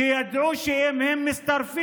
אתם הכהניסטים והתומכים